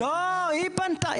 לא, היא פנתה.